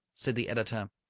said the editor.